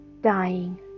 dying